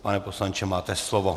Pane poslanče, máte slovo.